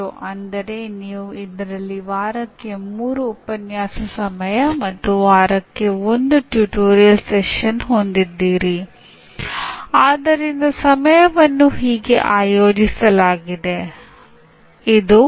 ಆದರೆ ಈಗಿನವರೆಗೆ ಅರಿವಿನ ಕಾರ್ಯಕ್ಷೇತ್ರವನ್ನು ಪರಿಣಾಮ ಕಾರ್ಯಕ್ಷೇತ್ರದೊಂದಿಗೆ ಹೇಗೆ ಸಂಯೋಜಿಸುವುದು ಎಂದು ನಮಗೆ ತಿಳಿದಿಲ್ಲ